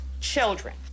children